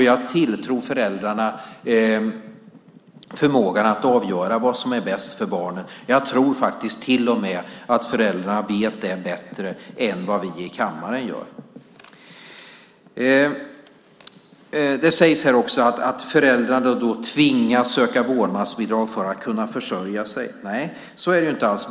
Jag tilltror föräldrarna förmågan att avgöra vad som är bäst för barnen och tror faktiskt till och med att föräldrarna vet det bättre än vi här i kammaren. Det sägs här också att föräldrarna tvingas söka vårdnadsbidrag för att kunna försörja sig. Nej, så är det inte alls!